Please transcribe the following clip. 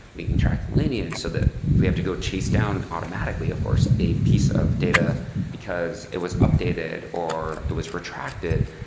we can track lineage so that we have to go chase down automatically, of course, a piece of data because it was updated or it was retracted.